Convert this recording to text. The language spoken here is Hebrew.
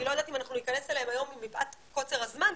אני לא יודעת אם אנחנו ניכנס אליהם היום מפאת קוצר הזמן,